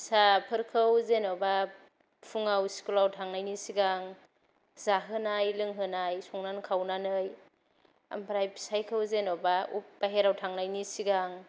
फिसाफोरखौ जेन'बा फुङाव स्कुलाव थांनायनि सिगां जाहोनाय लोंहोनाय संनानै खावनानै आमफ्राय फिसायखौ जेन'बा अफ बायह्रायाव थांनायनि सिगां